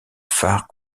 phare